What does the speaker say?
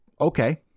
okay